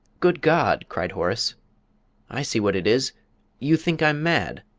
good god! cried horace i see what it is you think i'm mad!